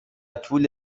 طول